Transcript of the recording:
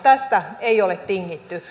tästä ei ole tingitty